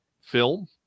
film